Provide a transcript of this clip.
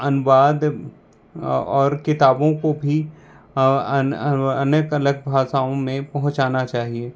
अनुवाद और किताबों को भी अनेक अनेक भाषाओं में पहुँचाना चाहिये